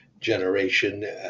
generation